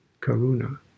karuna